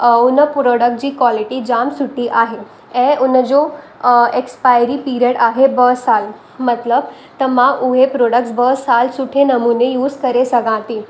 अ उन प्रोडक्ट जी क्वालिटी जाम सुठी आहे ऐं उनजो अ एक्सपायरी पीरियड आहे ॿ साल मतिलबु त मां उहे प्रोडक्ट्स ॿ साल सुठे नमूने यूस करे सघां थी